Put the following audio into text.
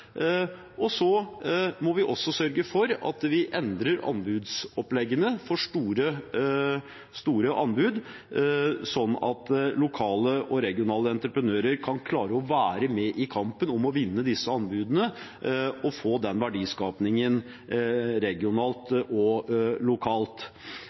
Vi må sørge for å endre opplegget for store anbud, sånn at lokale og regionale entreprenører kan klare å være med i kampen om å vinne disse anbudene og få